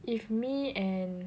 if me and